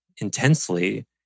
intensely